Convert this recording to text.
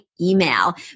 email